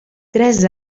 tres